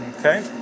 Okay